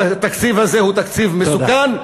התקציב הזה הוא תקציב מסוכן,